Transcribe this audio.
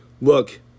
Look